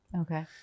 Okay